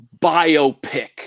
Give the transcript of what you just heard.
biopic